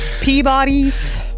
Peabody's